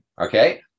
Okay